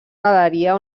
galeria